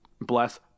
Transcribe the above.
bless